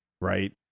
right